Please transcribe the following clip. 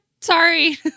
sorry